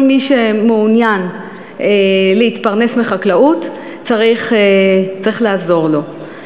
כל מי שמעוניין להתפרנס מחקלאות, צריך לעזור לו.